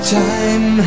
time